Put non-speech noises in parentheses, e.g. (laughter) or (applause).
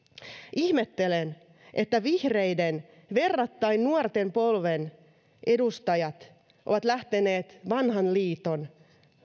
ihmettelen (unintelligible) että vihreiden verrattain nuoren polven edustajat ovat lähteneet vanhan liiton